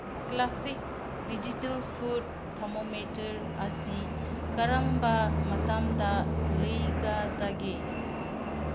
classic digital food thermometer ꯑꯁꯤ ꯀꯔꯝꯕ ꯃꯇꯝꯗ ꯂꯩꯒꯗꯒꯦ